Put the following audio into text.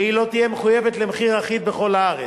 והיא לא תהיה מחויבת למחיר אחיד בכל הארץ.